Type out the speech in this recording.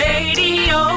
Radio